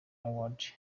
awards